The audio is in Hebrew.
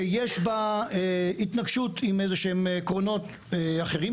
שיש בה התנגשות עם איזה שהם עקרונות אחרים,